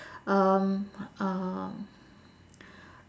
um um